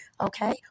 Okay